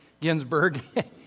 Ginsburg